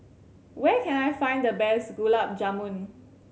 where can I find the best Gulab Jamun